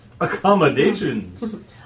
Accommodations